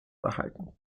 behalten